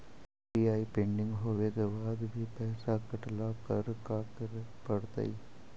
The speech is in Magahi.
यु.पी.आई पेंडिंग होवे के बाद भी पैसा कटला पर का करे पड़तई?